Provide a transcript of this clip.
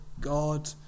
God